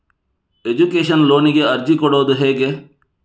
Education ಲೋನಿಗೆ ಅರ್ಜಿ ಕೊಡೂದು ಹೇಗೆ?